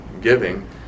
giving